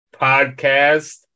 podcast